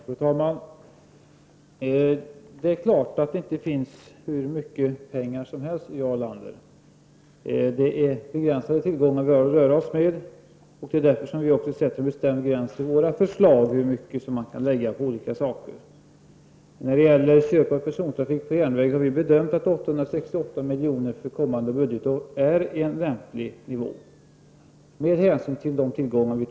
Fru talman! Det är klart att det inte finns hur mycket pengar som helst, Jarl Lander. De tillgångar som finns är begränsade, och därför sätter vi i miljöpartiet i våra förslag en gräns för hur mycket som kan läggas på olika saker. När det gäller köp av persontrafik på järnväg har vi bedömt att 868 milj.kr. för kommande budgetår är en lämplig nivå med hänsyn till de totala tillgångarna.